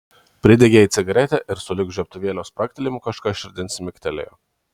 pridegė jai cigaretę ir sulig žiebtuvėlio spragtelėjimu kažkas širdin smigtelėjo